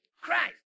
Christ